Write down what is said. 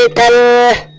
ah better